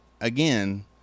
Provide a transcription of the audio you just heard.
again